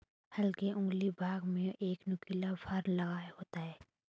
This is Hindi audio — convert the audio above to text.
हल के अगले भाग में एक नुकीला फर लगा होता है